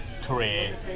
career